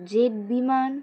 jet Biman